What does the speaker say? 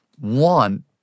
one